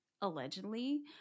allegedly